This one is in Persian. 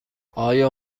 آیا